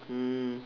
um